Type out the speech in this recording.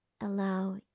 Allow